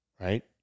right